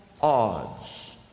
odds